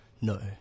No